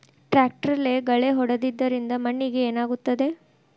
ಟ್ರಾಕ್ಟರ್ಲೆ ಗಳೆ ಹೊಡೆದಿದ್ದರಿಂದ ಮಣ್ಣಿಗೆ ಏನಾಗುತ್ತದೆ?